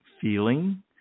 feeling